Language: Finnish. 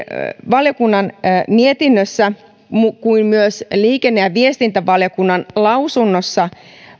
valiokunnan mietinnössä kuin myös liikenne ja viestintävaliokunnan lausunnossa